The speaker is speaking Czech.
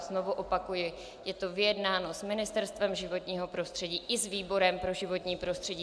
Znovu opakuji, je to vyjednáno s Ministerstvem životního prostředí i s výborem pro životní prostředí.